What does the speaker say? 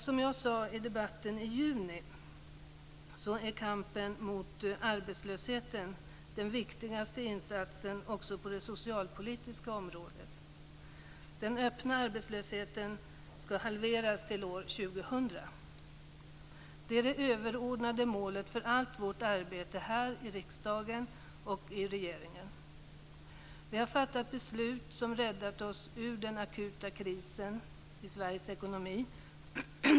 Som jag sade i debatten i juni är kampen mot arbetslösheten den viktigaste insatsen också på det socialpolitiska området. Det öppna arbetslösheten skall halveras till år 2000. Det är det överordnade målet för allt vårt arbete här i riksdagen och i regeringen. Vi har fattat beslut som har räddat oss ur den akuta krisen i Sveriges ekonomi.